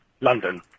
London